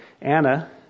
Anna